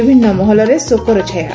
ବିଭିନ୍ ମହଲରେ ଶୋକର ଛାୟା